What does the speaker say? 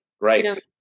right